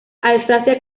alsacia